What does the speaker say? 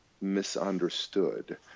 misunderstood